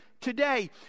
today